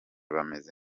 bameze